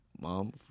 Mom